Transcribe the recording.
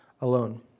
alone